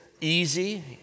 easy